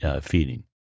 feeding